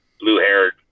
blue-haired